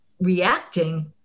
reacting